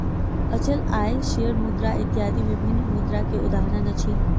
अचल आय, शेयर मुद्रा इत्यादि विभिन्न मुद्रा के उदाहरण अछि